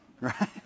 Right